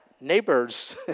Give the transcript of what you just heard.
Neighbors